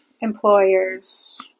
employers